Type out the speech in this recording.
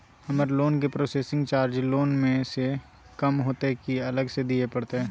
हमर लोन के processing charge loan म स कम होतै की अलग स दिए परतै?